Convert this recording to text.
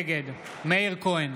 נגד מאיר כהן,